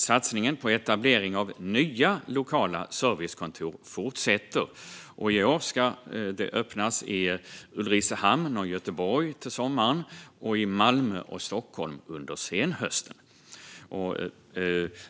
Satsningen på etablering av lokala servicekontor fortsätter. I år ska de öppnas i Ulricehamn och Göteborg till sommaren och i Malmö och Stockholm under senhösten.